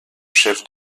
chef